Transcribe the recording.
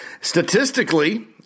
Statistically